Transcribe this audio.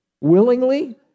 Willingly